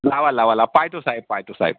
लावा लावा लावा पाहतो साहेब पाहतो साहेब